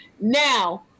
Now